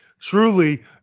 truly